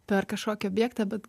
per kažkokį objektą bet